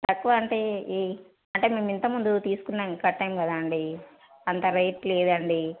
తక్కువ అంటే ఏ అంటే మేము ఇంతకు ముందు తీసుకున్నాం కట్టాం కదా అండి అంత రేట్ లేదు అండి